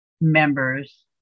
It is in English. members